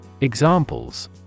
Examples